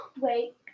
Wait